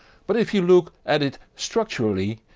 but if you look at it structurally,